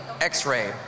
x-ray